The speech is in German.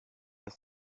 ist